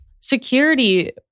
Security